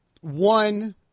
One